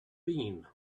been